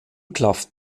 klafft